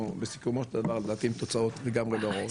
בסופו של דבר והבאנו תוצאות לגמרי לא רעות.